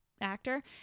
actor